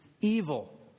evil